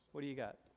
what do you got?